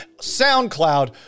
SoundCloud